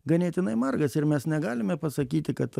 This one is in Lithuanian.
ganėtinai margas ir mes negalime pasakyti kad